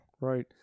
Right